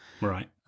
Right